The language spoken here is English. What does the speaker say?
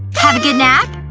have a good nap?